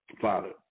Father